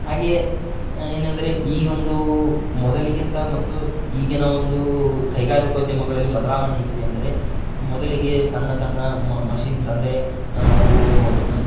ಹಾಗೆಯೇ ಏನೆಂದರೆ ಈ ಒಂದು ಮೊದಲಿಗಿಂತ ಮತ್ತು ಈಗಿನ ಒಂದು ಕೈಗಾರಿಕೋದ್ಯಮಗಳಲ್ಲಿ ಬದಲಾವಣೆ ಹೇಗಿದೆ ಅಂದರೆ ಮೊದಲಿಗೆ ಸಣ್ಣ ಸಣ್ಣ ಮಷಿನ್ಸ್ ಅಂದರೆ